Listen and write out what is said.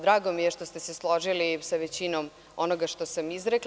Drago mi je što ste se složili sa većinom onoga što sam izrekla.